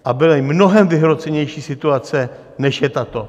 A byly mnohem vyhrocenější situace, než je tato.